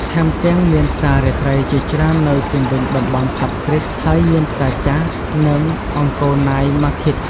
ថែមទាំងមានផ្សាររាត្រីជាច្រើននៅជុំវិញតំបន់ផាប់ស្ទ្រីត ហើយមានផ្សារចាស់ និង អង្គរណាយ ម៉ាឃីត (Angkor Night Market)។